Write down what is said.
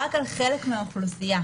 רק על חלק מהאוכלוסייה,